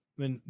men